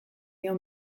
dio